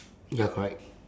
ya correct